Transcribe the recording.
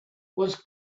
was